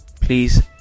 Please